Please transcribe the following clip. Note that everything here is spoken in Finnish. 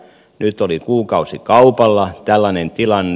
nyt oli kuukausikaupalla tällainen tilanne